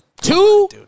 Two